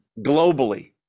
globally